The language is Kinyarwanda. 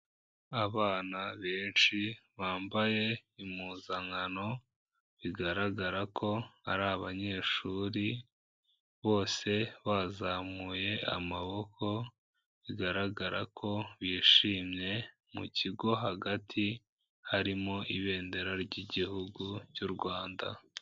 Abana benshi bambaye impuzankano bigaragara ko ari abanyeshuri, bose bazamuye amaboko bigaragara ko bishimye, mu kigo hagati harimo ibendera ry'igihugu cy'u Rwanda.